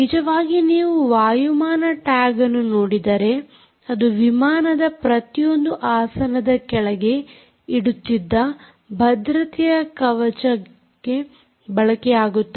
ನಿಜವಾಗಿ ನೀವು ವಾಯುಮಾನ ಟ್ಯಾಗ್ ಅನ್ನು ನೋಡಿದರೆ ಅವು ವಿಮಾನದ ಪ್ರತಿಯೊಂದು ಆಸನದ ಕೆಳಗೆ ಇಡುತ್ತಿದ್ದ ಭದ್ರತೆಯ ಕವಚಕ್ಕೆ ಬಳಕೆಯಾಗುತ್ತವೆ